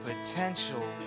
potential